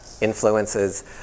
influences